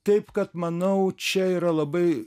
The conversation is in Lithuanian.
taip kad manau čia yra labai